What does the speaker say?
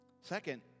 Second